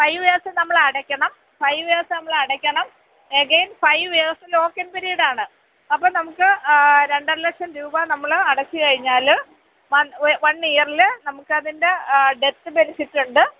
five years നമ്മൾ അടക്കണം five years നമ്മൾ അടക്കണം എഗൈൻ ഫൈവ് ഇയേഴ്സ് ലോക്കിങ് പിരീഡാണ് അപ്പോൾ നമുക്ക് രണ്ടര ലക്ഷം രൂപ നമ്മൾ അടച്ചു കഴിഞ്ഞാൽ വൺ ഇയർൽ നമുക്ക് അതിന്റെ ഡെത്ത് ബെനിഫിറ്റുണ്ട്